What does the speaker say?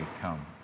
come